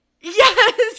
yes